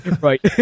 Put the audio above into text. Right